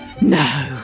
no